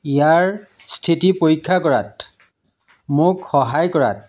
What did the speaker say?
ইয়াৰ স্থিতি পৰীক্ষা কৰাত মোক সহায় কৰাত